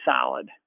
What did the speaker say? solid